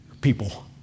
people